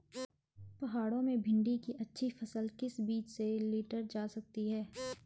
पहाड़ों में भिन्डी की अच्छी फसल किस बीज से लीटर जा सकती है?